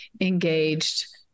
engaged